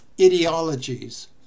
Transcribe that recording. ideologies